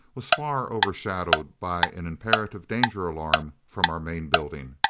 was far overshadowed by an imperative danger alarm from our main building.